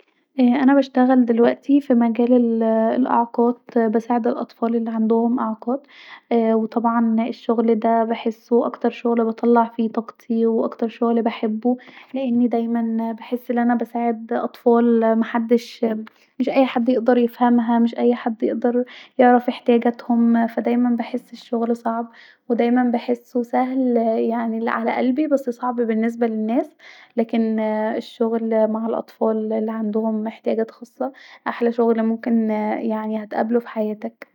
انا بشتغل دلوقتي في مجال الاعاقات يساعد الأطفال الي عندهم إعاقات وطبعا الشغل ده بحسه اكتر شغل بطلع فيه طاقتي واكتر شغل بحبه لاني دايما بحس أن انا بساعد اطفال محدش مش اي حد يقدر يفهمها مش اي حد يقدر يعرف احتياجاتهم ف دايما بحس شعور صعب ودايما بحسه سهل يعني علي قلبي بس صعب بالنسبة للناس لاكن الا الشغل مع الاطفال الي عندهم احتياجات خاصه احلي شغل يعني ممكن هتقابله في حياتك